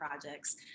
projects